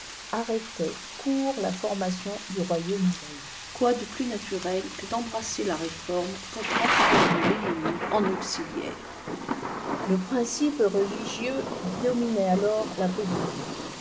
arrêtaient court la formation du royaume rêvé quoi de plus naturel que d'embrasser la réforme pour transformer l'ennemi en auxiliaire le principe religieux dominait alors la politique